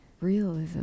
realism